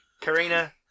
Karina